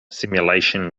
simulation